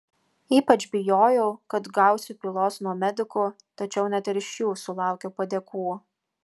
ypač bijojau kad gausiu pylos nuo medikų tačiau net ir iš jų sulaukiau padėkų